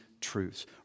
truths